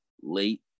late